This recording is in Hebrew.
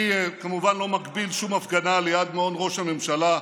אני כמובן לא מגביל שום הפגנה ליד מעון ראש הממשלה,